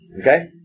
Okay